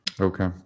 Okay